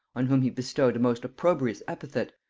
on whom he bestowed a most opprobrious epithet,